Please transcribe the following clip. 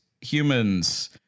humans